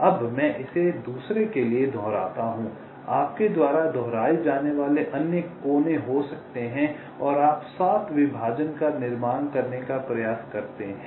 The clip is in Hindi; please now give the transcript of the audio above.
अब मैं इसे दूसरे के लिए दोहराता हूं आपके द्वारा दोहराए जाने वाले अन्य कोने हो सकते हैं और आप 7 विभाजन का निर्माण करने का प्रयास करते हैं